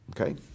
Okay